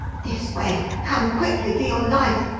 this way! come quickly, for your life!